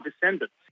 descendants